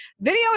video